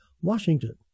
Washington